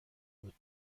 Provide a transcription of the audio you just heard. بود